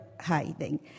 hiding